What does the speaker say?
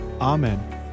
Amen